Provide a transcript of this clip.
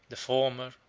the former,